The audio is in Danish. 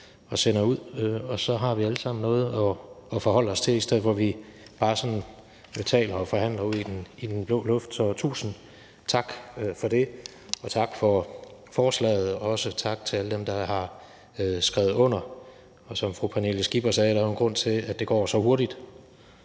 og sender noget ud, og så har vi alle sammen noget at forholde os til, i stedet for at vi bare sådan taler og forhandler ud i den blå luft. Så tusind tak for det, og tak for forslaget, og også tak til alle dem, der har skrevet under. Som fru Pernille Skipper sagde, er der jo en grund til, at det går så hurtigt,